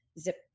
zip